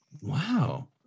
Wow